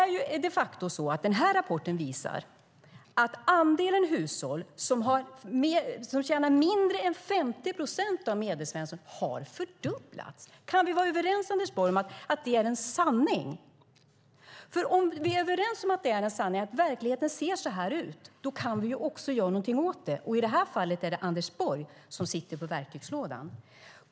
Rapporten visar de facto att andelen hushåll som tjänar mindre än 50 procent av vad medelsvensson tjänar har fördubblats. Kan vi vara överens, Anders Borg, om att det är en sanning? Om vi är överens om att det är en sanning, att verkligheten ser ut så här, kan vi också göra någonting åt det. Och i det här fallet är det Anders Borg som sitter på verktygslådan.